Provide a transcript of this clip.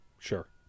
Sure